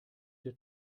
der